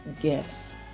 gifts